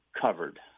covered